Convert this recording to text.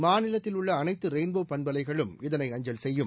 மாநிலத்தில் உள்ளஅனைத்து ரெயின்போ பண்பலைகளும் இதனை அஞ்சல் செய்யும்